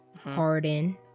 Harden